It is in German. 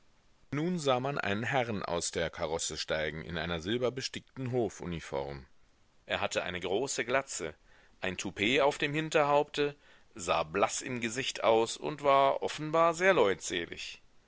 nun sah man einen herrn aus der karosse steigen in einer silberbestickten hofuniform er hatte eine große glatze ein toupet auf dem hinterhaupte sah blaß im gesicht aus und war offenbar sehr leutselig